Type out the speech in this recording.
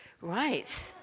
Right